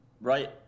Right